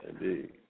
Indeed